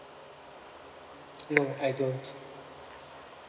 no I don't